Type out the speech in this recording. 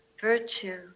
virtue